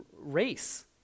race